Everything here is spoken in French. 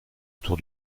autour